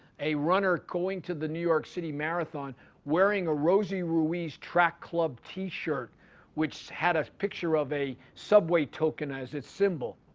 a runner going to the new york city marathon wearing a rosie ruiz track club t-shirt which had a picture of a subway token as its symbol.